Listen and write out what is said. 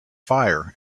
fire